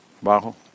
bajo